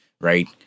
right